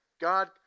God